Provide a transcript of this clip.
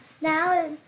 Now